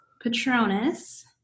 Patronus